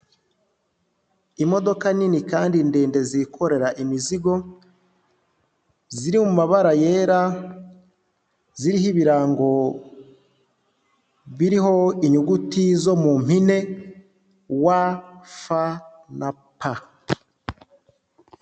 Imodoka nini kandi ndende zikorera imizigo, ziri mu mabara yera, ziriho ibirango biriho inyuguti zo mu mpine W, F na P.